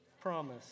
promise